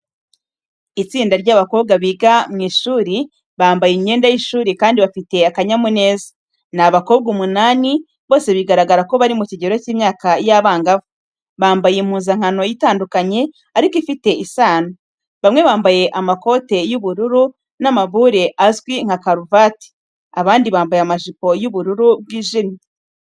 Itsinda ry’abakobwa biga ku ishuri, bambaye imyenda y’ishuri kandi bafite akanyamuneza. Ni abakobwa umunani, bose bigaragara ko bari mu kigero cy’imyaka y’abangavu. Bambaye impuzankano itandukanye ariko ifite isano, bamwe bambaye amakote y’ubururu n’amabure azwi nka karuvate, abandi bambaye amajipo y'ubururu bwijimye.